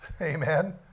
Amen